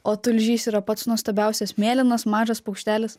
o tulžys yra pats nuostabiausias mėlynas mažas paukštelis